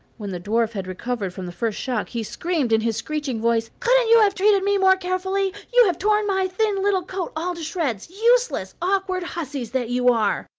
when the dwarf had recovered from the first shock he screamed in his screeching voice couldn't you have treated me more carefully? you have torn my thin little coat all to shreds, useless, awkward hussies that you are!